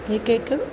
एकैके